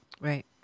Right